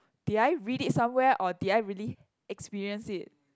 did I read it somewhere or did I really experienced it